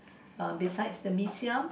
err besides the Mee-Siam